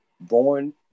born